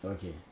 Okay